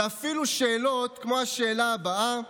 ואפילו שאלות כמו השאלה הבאה: